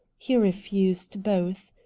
he refused both.